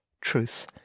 truth